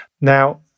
Now